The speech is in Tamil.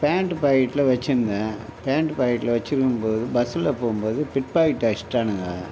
பேண்ட்டு பேக்கெட்டில் வெச்சிருந்தேன் பேண்ட்டு பேக்கெட்டில் வெச்சுருக்கும்போது பஸ்ஸில் போகும்போது பிட்பேக்கெட் அடிஷ்ட்டானுங்க